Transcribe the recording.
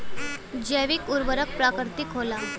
जैविक उर्वरक प्राकृतिक होला